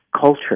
culture